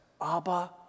Abba